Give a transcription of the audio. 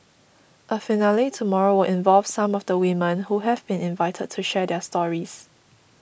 a finale tomorrow will involve some of the women who have been invited to share their stories